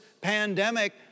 pandemic